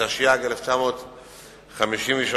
התשי"ג 1953,